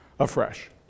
afresh